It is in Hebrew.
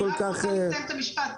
אני רק רוצה לסיים את המשפט.